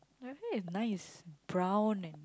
your hair is nice brown and